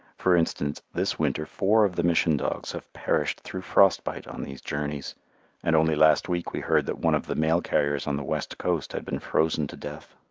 for instance, this winter four of the mission dogs have perished through frost-bite on these journeys and only last week we heard that one of the mail carriers on the west coast had been frozen to death.